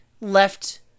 left